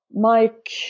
Mike